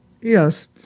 Yes